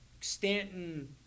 Stanton